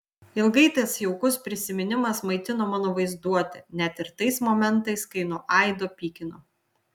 ilgai tas jaukus prisiminimas maitino mano vaizduotę net ir tais momentais kai nuo aido pykino